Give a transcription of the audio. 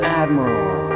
admiral